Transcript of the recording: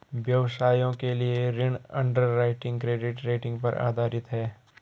व्यवसायों के लिए ऋण अंडरराइटिंग क्रेडिट रेटिंग पर आधारित है